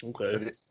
okay